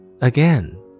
Again